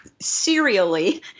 serially